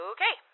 Okay